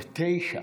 ב-09:00,